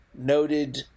noted